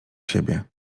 siebie